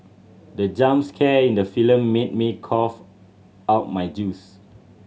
the jump scare in the film made me cough out my juice